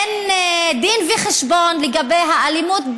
אין דין וחשבון לגבי אלימות,